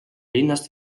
linnast